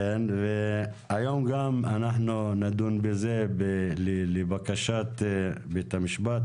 היום גם אנחנו נדון בזה לבקשת בית המשפט.